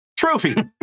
Trophy